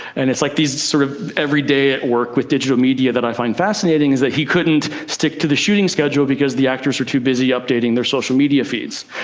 and it's like these sort of every day at work with digital media that i find fascinating is that he couldn't stick to the shooting schedule because the actors were too busy updating their social media feeds,